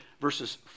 verses